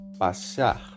passar